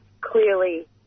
clearly